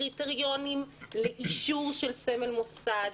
קריטריונים לאישור של סמל מוסד,